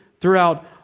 throughout